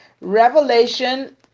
revelation